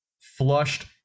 flushed